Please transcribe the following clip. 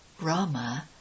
Rama